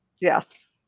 Yes